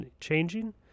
changing